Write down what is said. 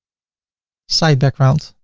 site background,